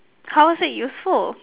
how is it useful